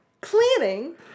cleaning